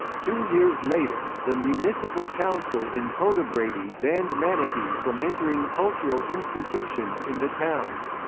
two years later, the municipal council in podebrady banned manicky from entering cultural institutions in the town.